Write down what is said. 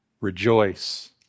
rejoice